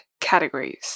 categories